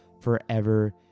forever